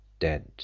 dead